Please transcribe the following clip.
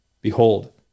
Behold